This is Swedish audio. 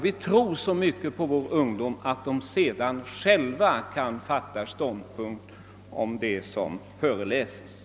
Vi tror att vår ungdom själv kan ta ståndpunkt till det som föreläses.